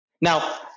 Now